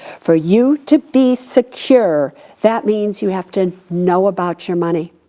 for you to be secure, that means you have to know about your money.